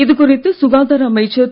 இது குறித்து சுகாதார அமைச்சர் திரு